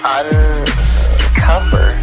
uncover